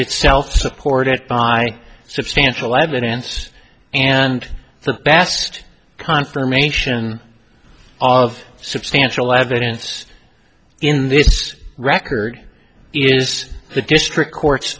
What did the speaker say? itself supported by substantial evidence and the best confirmation of substantial evidence in this record is the district court